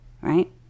right